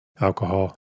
alcohol